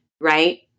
right